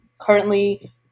currently